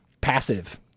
passive